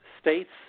states